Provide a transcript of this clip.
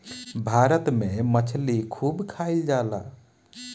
भारत में मछली खूब खाईल जाला